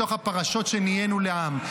מתוך הפרשות שנהיינו לעם.